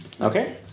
Okay